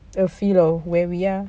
the feel of where we are